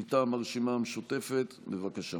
מטעם הרשימה המשותפת, בבקשה.